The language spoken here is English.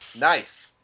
Nice